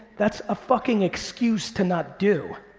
that's a fucking excuse to not do.